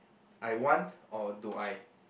I want or do I